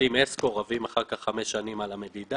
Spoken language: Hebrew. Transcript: עושים אסקו, רבים אחר כך חמש שנים על המדידה.